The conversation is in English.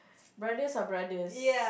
brothers are brothers